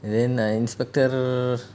and then err inspector